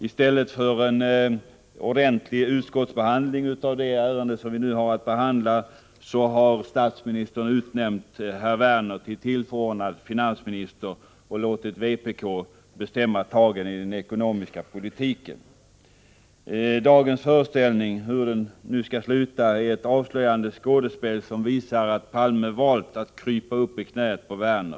I stället för en ordentlig utskottsbehandling av det ärende vi nu har att ta ställning till har statsministern utnämnt herr Werner till tillförordnad finansminister och låtit vpk bestämma tagen i den ekonomiska politiken. Dagens föreställning — hur den nu skall sluta — är ett avslöjande skådespel som visar att Palme valt att krypa upp i knät på Werner.